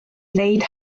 ddeud